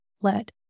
let